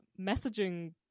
messaging